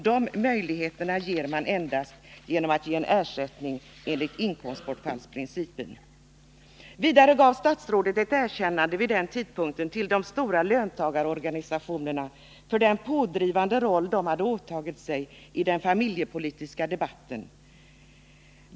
De möjligheterna kan endast erhållas genom att man ger en ersättning enligt inkomstbortfallsprincipen. Vidare gav statsrådet vid den tidpunkten ett erkännande till de stora löntagarorganisationerna för den pådrivande roll de hade åtagit sig i den familjepolitiska debatten.